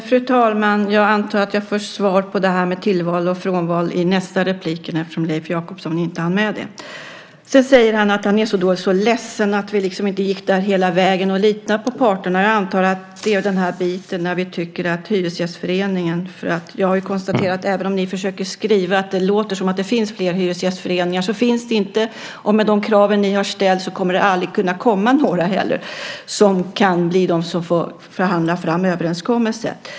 Fru talman! Jag antar att jag får svar på frågan om tillval och frånval i nästa replik då Leif Jakobsson inte hann med det. Leif Jakobsson säger att han är så ledsen för att vi inte gick hela vägen och inte litar på parterna. Jag antar att det gäller det här med Hyresgästföreningen. Ni har försökt beskriva och det låter som att det finns flera hyresgästföreningar men det finns det inte, och med de krav som ni har ställt kommer det aldrig att kunna komma några heller som kan förhandla fram överenskommelser.